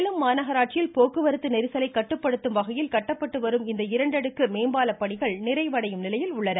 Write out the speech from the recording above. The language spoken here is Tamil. சேலம் மாநகராட்சியில் போக்குவரத்து நெரிசலை கட்டுப்படுத்தும் வகையில் கட்டப்பட்டு வரும் இந்த இரண்டு அடுக்கு மேம்பால பணிகள் நிறைவடையும் நிலையில் உள்ளன